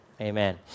Amen